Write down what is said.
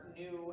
new